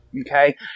okay